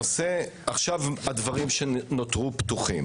הדברים שנותרו פתוחים